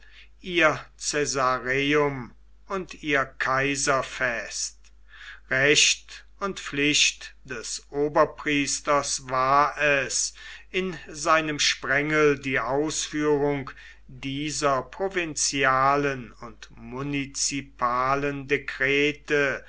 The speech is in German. ihr caesareum und ihr kaiser fest recht und pflicht des oberpriesters war es in seinem sprengel die ausführung dieser provinzialen und munizipalen dekrete